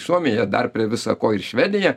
suomija dar prie visa ko ir švedija